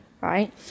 Right